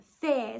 fears